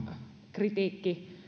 kritiikki